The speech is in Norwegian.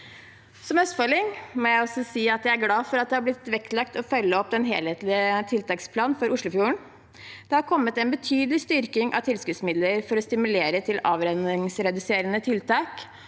Som østfolding må jeg også si at jeg er glad for at det har blitt vektlagt å følge opp den helhetlige tiltaksplanen for Oslofjorden. Det har kommet en betydelig styrking av tilskuddsmidler for å stimulere til avrenningsreduserende tiltak,